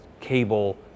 cable